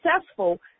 successful